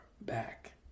back